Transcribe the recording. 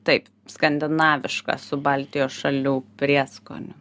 taip skandinaviška su baltijos šalių prieskoniu